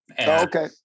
okay